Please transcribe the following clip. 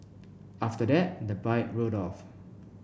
after that the bike rode off